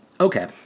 Okay